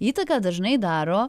įtaką dažnai daro